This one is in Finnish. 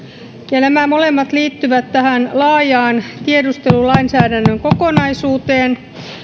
ja nämä molemmat liittyvät tähän laajaan tiedustelulainsäädännön kokonaisuuteen